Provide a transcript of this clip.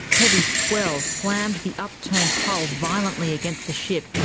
heavy swell slammed the upturned hull violently against the ship,